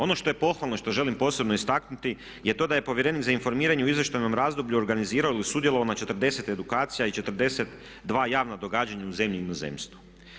Ono što je pohvalno i što želim posebno istaknuti je to da je povjerenik za informiranje u izvještajnom razdoblju organizirao ili sudjelovao na 40 edukacija i 42 javna događanja u zemlji i inozemstvu.